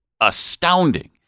astounding